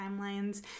timelines